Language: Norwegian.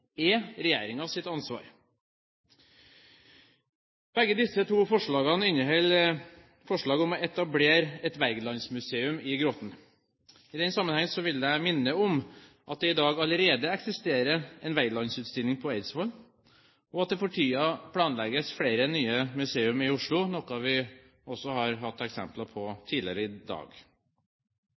er regjeringens ansvar. Begge disse to forslagene inneholder forslaget om å etablere et Wergelandsmuseum i Grotten. I den sammenheng vil jeg minne om at det i dag allerede eksisterer en Wergelandsutstilling på Eidsvoll, og at det for tiden planlegges flere nye museer i Oslo, noe vi også har hatt eksempler på tidligere i dag.